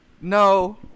No